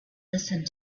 listened